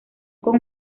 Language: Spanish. con